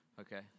Okay